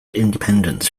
independence